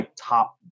top